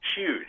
Huge